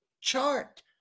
chart